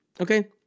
Okay